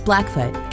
Blackfoot